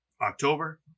October